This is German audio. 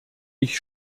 ich